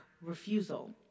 refusal